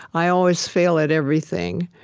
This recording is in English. i always fail at everything.